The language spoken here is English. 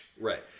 Right